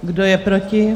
Kdo je proti?